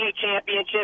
Championship